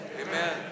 Amen